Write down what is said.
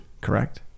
correct